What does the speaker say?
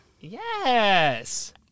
Yes